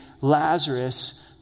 Lazarus